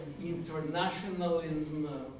internationalism